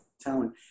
talent